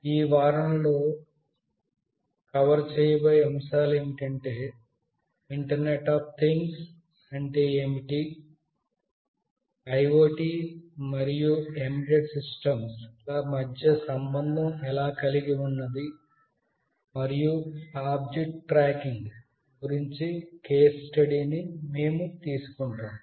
ఈ వారంలో కవర్ చేయబోయే అంశాలు ఏమిటంటే ఇంటర్నెట్ అఫ్ థింగ్స్ అంటే ఏమిటి IoT మరియు ఎంబెడెడ్ సిస్టమ్ ల మధ్య సంబంధం ఎలా కలిగి ఉన్నది మరియు ఆబ్జెక్ట్ ట్రాకింగ్ గురించి కేస్ స్టడీని మేము తీసుకుంటాము